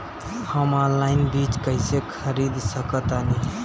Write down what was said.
हम ऑनलाइन बीज कईसे खरीद सकतानी?